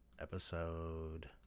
episode